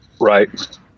Right